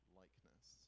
likeness